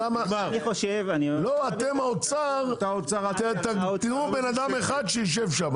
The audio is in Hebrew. אתם, האוצר, יהיה בן אדם אחד שישב שם.